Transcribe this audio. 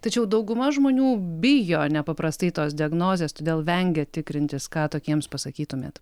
tačiau dauguma žmonių bijo nepaprastai tos diagnozės todėl vengia tikrintis ką tokiems pasakytumėt